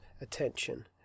attention